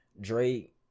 Drake